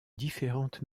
différentes